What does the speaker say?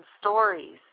stories